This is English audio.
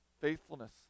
faithfulness